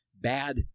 bad